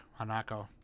Hanako